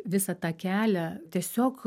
visą tą kelią tiesiog